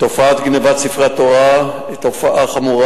תופעת גנבת ספרי התורה היא תופעה חמורה.